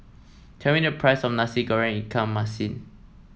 tell me the price of Nasi Goreng Ikan Masin